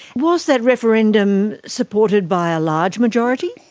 was that referendum supported by a large majority?